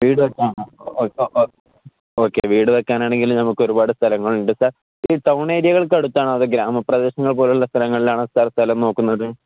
വീട് വെക്കാാണ് okay okay വീട് വെക്കാനാണെങ്കില് നമുക്ക ഒരുപാട് സ്ഥലങ്ങളണ്ട് സാർ ഈ ടൗൺ ഏരിയകൾക്ക് അടുത്താണ അതത് ഗ്രാമപ്രദേശങ്ങൾ പോലുള്ള സ്ഥലങ്ങളിലാണ് സാർ സ്ഥലം നോക്കുന്നത്